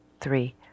three